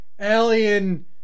alien